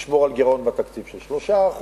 לשמור על גירעון בתקציב של 3%,